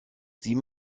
sie